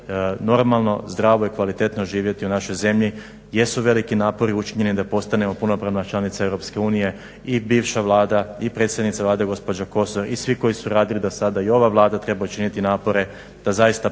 normalno, zdravo i kvalitetno živjeti u našoj zemlji. Jesu veliki napori učinjeni da postanemo punopravna članica EU i bivša Vlada, i predsjednica Vlade gospođa Kosor i svi koji su radili do sada, i ova Vlada treba učiniti napore da zaista